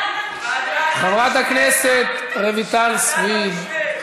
חברת הכנסת עאידה תומא סלימאן,